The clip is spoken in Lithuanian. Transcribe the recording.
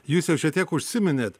jūs jau šiek tiek užsiminėt